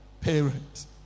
parents